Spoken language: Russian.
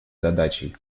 задачей